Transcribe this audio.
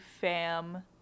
fam